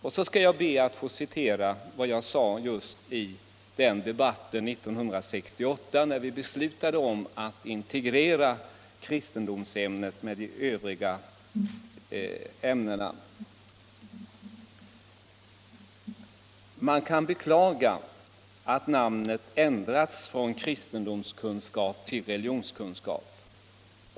Och så skall jag be att få citera vad jag sade i debatten 1968, när vi beslutade om att integrera kristendomsämnet med de övriga ämnena: ”Man kan beklaga att namnet ändrats från kristendomskunskap till religionskunskap.